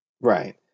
Right